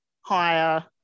higher